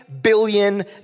billion